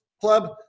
club